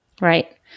Right